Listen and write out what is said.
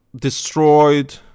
destroyed